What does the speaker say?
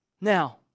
Now